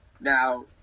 Now